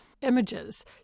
images